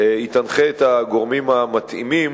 היא תנחה את הגורמים המתאימים,